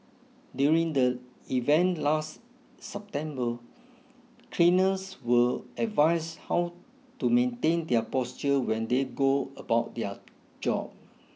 during the event last September cleaners were advised how to maintain their posture when they go about their job